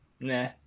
Nah